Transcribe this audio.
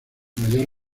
mayor